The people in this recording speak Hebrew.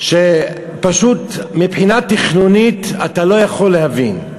פשוט מבחינה תכנונית אתה לא יכול להבין.